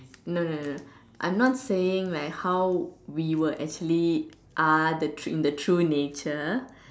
no no no I'm not saying like how we were actually are the in the true nature